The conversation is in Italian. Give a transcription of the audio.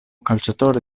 calciatore